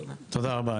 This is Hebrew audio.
תודה רבה.